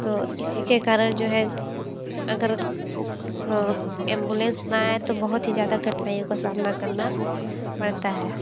तो इसी के कारण जो है अगर हो एम्बुलेंस ना आए तो बहुत ही ज़्यादा कठिनाईयों का सामना करना पड़ता है